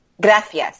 Gracias